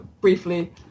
briefly